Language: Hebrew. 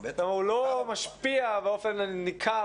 כלומר הוא לא משפיע באופן ניכר,